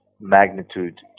magnitude